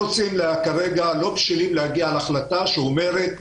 וכרגע אנחנו לא בשלים להגיע להחלטה שאומרת: